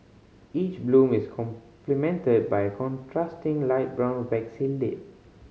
each bloom is complemented by a contrasting light brown waxy lip